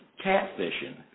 catfishing